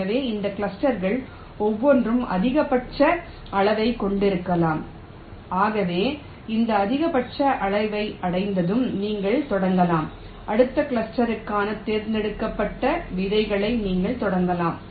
எனவே இந்த கிளஸ்டர்கள் ஒவ்வொன்றும் அதிகபட்ச அளவைக் கொண்டிருக்கலாம் ஆகவே அந்த அதிகபட்ச அளவை அடைந்ததும் நீங்கள் தொடங்கலாம் அடுத்த கிளஸ்டருக்கான தேர்ந்தெடுக்கப்பட்ட விதைகளை நீங்கள் தொடங்கலாம்